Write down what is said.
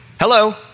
Hello